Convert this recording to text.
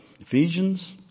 Ephesians